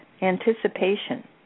anticipation